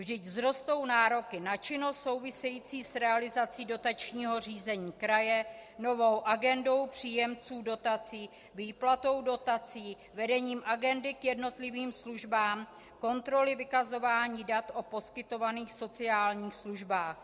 Vždyť vzrostou nároky na činnost související s realizací dotačního řízení kraje, novou agendou příjemců dotací, výplatou dotací, vedením agendy k jednotlivým službám, kontroly vykazování dat o poskytovaných sociálních službách.